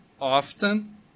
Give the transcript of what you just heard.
often